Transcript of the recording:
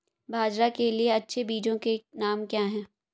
बाजरा के लिए अच्छे बीजों के नाम क्या हैं?